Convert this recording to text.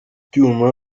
ibyuma